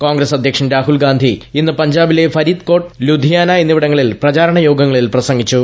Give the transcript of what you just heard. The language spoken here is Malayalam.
കോൺഗ്രസ് അധ്യക്ഷൻ രാഹുൽഗാന്ധി ഇന്ന് പഞ്ചാബിലെ ഫരീദ് കോട്ട് ലുധിയാന എന്നിവിടങ്ങളിൽ പ്രചാരണ യോഗങ്ങളിൽ പ്രസംഗിച്ചു